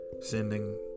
sending